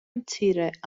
მცირე